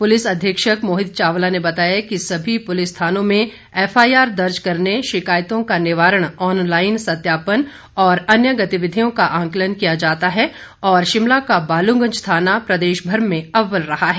police अधीक्षक मोहित चावला ने बताया कि सभी पुलिस थानों में एफआईआर दर्ज करने शिकायतों का निवारण ऑनलाईन सत्यापन और अन्य गतिविधियों का आंकलन किया जाता है और शिमला का बालूगंज थाना प्रदेशभर में अव्वल रहा है